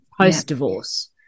post-divorce